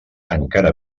encara